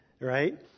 right